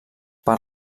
per